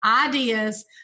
ideas